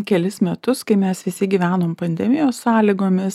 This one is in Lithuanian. kelis metus kai mes visi gyvenom pandemijos sąlygomis